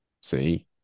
see